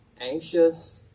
anxious